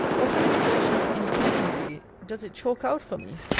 what an exertion of independency does it chalk out for me!